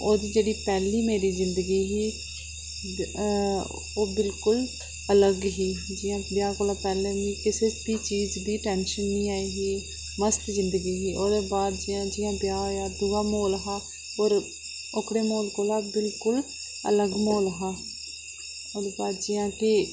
ओह् जेह्ड़ी पैह्ली मेरी जिंदगी ही ओह् बिल्कुल अलग ही जि'यां ब्याह् कोला पैह्लें मिगी किसै बी चीज़ दी टेंशन निं ही मस्त जिंदगी ही ओह्दे बाद जि'यां जि'यां ब्याह् होया दूआ म्हौल हा ओह्कड़े म्हौल कोला बिल्कुल अलग म्हौल हा ओह्दे बाद जि'यां की